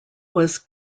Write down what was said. was